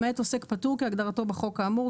למעט עוסק פטור כהגדרתו בחוק האמור,